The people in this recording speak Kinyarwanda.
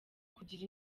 kugira